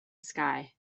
sky